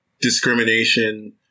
discrimination